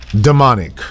demonic